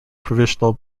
provisional